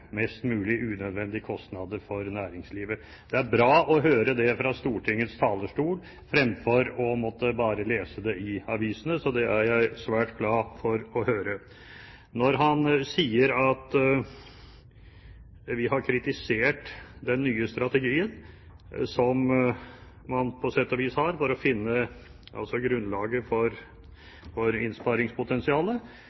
mulig unødvendige kostnader for næringslivet. Det er bra å høre det fra Stortingets talerstol fremfor å bare måtte lese det i avisene, så det er jeg svært glad for å høre. Når han sier at vi har kritisert den nye strategien, som man på sett og vis har, for å finne grunnlaget for